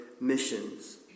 missions